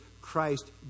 Christ